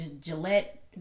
Gillette